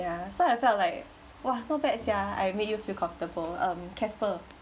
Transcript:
ya so I felt like !wah! not bad sia I made you feel comfortable um gasper